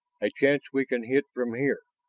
a chance we can hit from here.